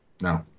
No